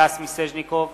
סטס מיסז'ניקוב,